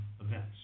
events